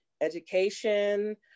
education